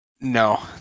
No